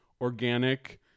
organic